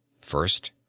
first